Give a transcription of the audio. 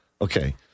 Okay